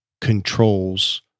controls